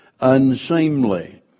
unseemly